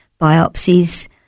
biopsies